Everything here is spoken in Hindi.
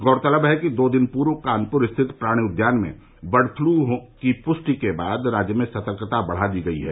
गौरतलब है कि दो दिन पूर्व कानपुर स्थित प्राणि उद्यान में बर्ड पलू की पुष्टि होने के बाद राज्य में सतर्कता बढ़ा दी गई है